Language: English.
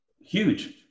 huge